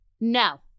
no